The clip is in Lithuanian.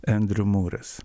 endriu mūras